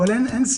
אבל אין סיבה,